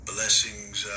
Blessings